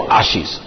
ashes